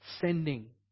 sending